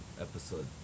episode